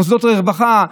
מוסדות רווחה,